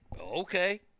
Okay